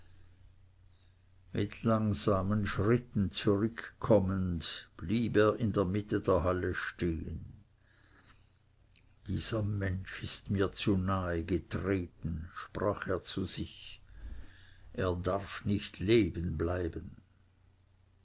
mit langsamen schritten zurückkommend blieb er in der mitte der halle stehen dieser mensch ist mir zu nahe getreten sprach er zu sich er darf nicht leben bleiben